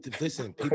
listen